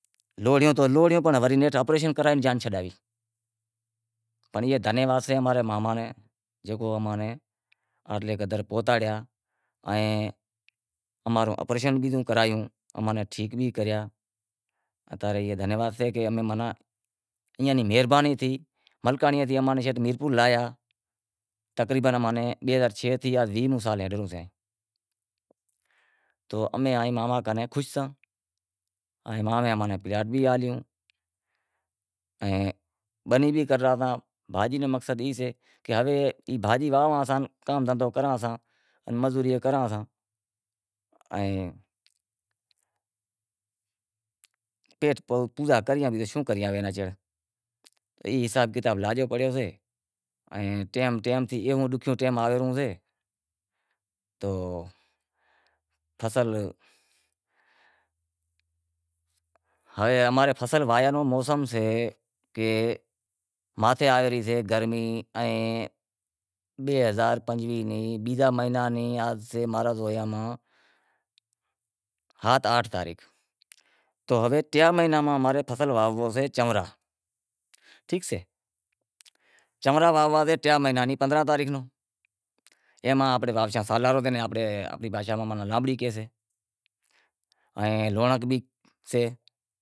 لوڑیوں تو لوڑیوں پنڑ نیٹھ اپریشن کرے جان چھڈائی، پنڑ اے دھنیواد سے اماں رے مامں نیں جکو اماں نیں اتلے قدر پہتاڑیا ائیں اماں رو اپریشن بیزوں کرایو، اماں نیں ٹھیک بھی کریا اتا رے اے دھنیواد سے کہ ایئاں نیں مہربانی تھی، ملکانڑی سیں شیٹ اماں نیں میرپور لایا تقریبن اماں نیں بئے ہزار چھ اے ویہوں سال ہلیو سے تو امیں آئے ماما کناں خوش ساں، ائیں مامے اماں نیں پلاٹ بھی آلیو، ائیں بنی بھی کرے رہا ساں، بھاجی رو مقصد ای سے کہ ہوے بھاجی واہواں ساں کام دہندہو کراں ساں مزوری ایک کراں ساں ائیں پیٹ پوزا کریاں بیزو شوں کریاں۔ ای حساب کتاب لاگیو پڑیو سے ائیں ٹیم ٹیم تھی گیو، ڈوکھیو ٹیم آوے ریو سے، تو فصل ہوے اماں رے فصل واہویا رو موسم سے کہ ماتھے آئے رہی سے گرمی ائیں، بئے ہزار پنجویہہ نیں بیزا مہینا ماں رے زویا میں ہات آٹھ تاریخ، تو ہوے ٹیاں مہیناں میں امیں فصل واہونڑو سے چونرا، ٹھیک سے، چونرا واہنونڑا سے ٹیاں مہینا ری پندرانہں تاریخ نوں اے واہواشاں شالارو زکے ناں آنپڑی بھاشا میں لاپڑی کاشیں، ائیں لونڑک بھی سے